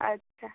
अच्छा